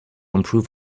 improve